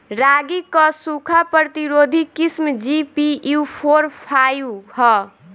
रागी क सूखा प्रतिरोधी किस्म जी.पी.यू फोर फाइव ह?